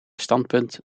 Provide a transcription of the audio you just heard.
standpunt